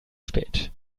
spät